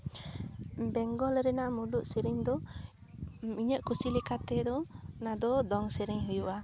ᱵᱮᱝᱜᱚᱞ ᱨᱮᱱᱟᱜ ᱢᱩᱬᱩᱛ ᱥᱮᱨᱮᱧ ᱫᱚ ᱤᱧᱟᱹᱜ ᱠᱩᱥᱤ ᱞᱮᱠᱟᱛᱮ ᱫᱚ ᱚᱱᱟ ᱫᱚ ᱫᱚᱝ ᱥᱮᱨᱮᱧ ᱦᱩᱭᱩᱜᱼᱟ